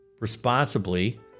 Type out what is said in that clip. responsibly